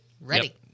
Ready